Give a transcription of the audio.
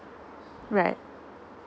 right